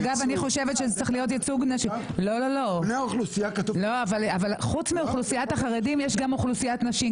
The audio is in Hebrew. חוץ מאוכלוסיית החרדים, שי גם אוכלוסיית נשים.